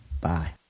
Bye